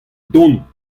dont